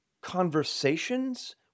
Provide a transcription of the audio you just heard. conversations